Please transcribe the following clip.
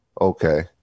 Okay